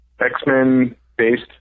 X-Men-based